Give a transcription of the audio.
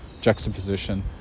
juxtaposition